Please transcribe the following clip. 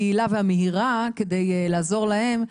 היעילה והמהירה כדי לעזור להם.